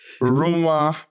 Rumor